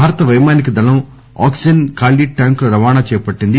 భారతపైమానిక దళం ఆక్సిజన్ ఖాళీ ట్యాంకుల రవాణాను చేపట్టింది